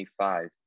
25